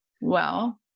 well-